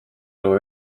elu